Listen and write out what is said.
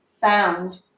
found